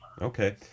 Okay